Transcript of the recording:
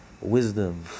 wisdom